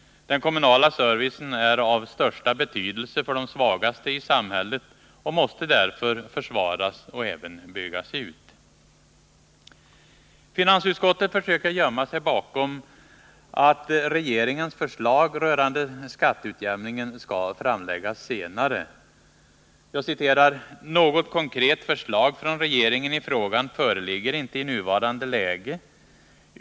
Den kommunala servicen är av största betydelse för de svagaste i samhället och måste därför försvaras och även byggas ut. Finansutskottet försöker gömma sig bakom att regeringens förslag rörande ckatteutjämningen skall framläggas senare. ”Något konkret förslag från regeringen i frågan föreligger inte i nuvarande läge.